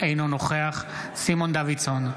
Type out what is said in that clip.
אינו נוכח סימון דוידסון,